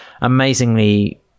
amazingly